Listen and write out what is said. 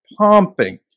pumping